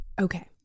Okay